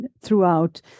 throughout